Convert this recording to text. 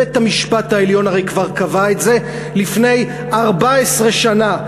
בית-המשפט העליון הרי כבר קבע את זה לפני 14 שנה.